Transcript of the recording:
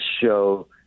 show